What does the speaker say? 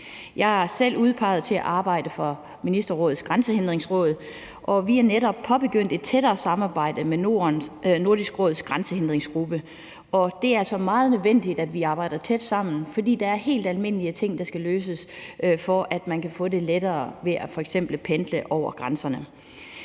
Jeg er selv udpeget til at arbejde for ministerrådets Grænsehindringsråd, og vi er netop påbegyndt et tættere samarbejde med Nordisk Råds grænsehindringsgruppe. Og det er altså meget nødvendigt, at vi arbejder tæt sammen, for der er helt almindelige ting, der skal løses, for at man kan få det lettere, når man f.eks. pendler over grænserne.